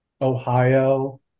Ohio